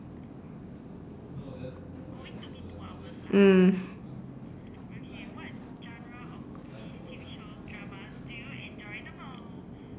mm